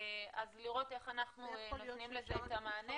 אז לראות איך אנחנו נותנים לזה את המענה.